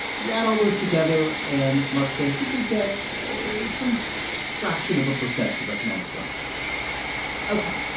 you add all those together, and marc says you could get some so fraction of a percent of economic growth ok,